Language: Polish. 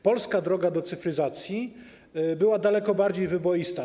Polska droga do cyfryzacji była daleko bardziej wyboista.